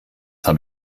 habe